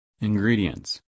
Ingredients